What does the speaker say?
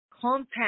compact